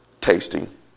tasting